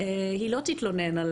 תתלונן על